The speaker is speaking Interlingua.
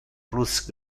plus